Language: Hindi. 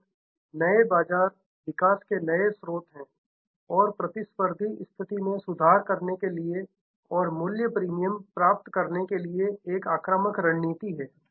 और नए बाजार विकास के नए स्रोत हैं और प्रतिस्पर्धी स्थिति में सुधार करने के लिए और मूल्य प्रीमियम प्राप्त करने के लिए एक आक्रामक रणनीति है